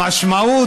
המשמעות: